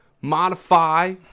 modify